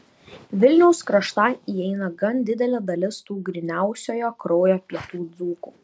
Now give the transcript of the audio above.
vilniaus kraštan įeina gan didelė dalis tų gryniausiojo kraujo pietų dzūkų